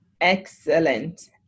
Excellent